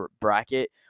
bracket